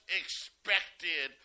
expected